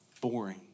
boring